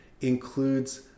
includes